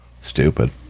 Stupid